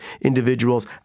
individuals